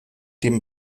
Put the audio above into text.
dem